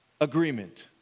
agreement